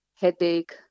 headache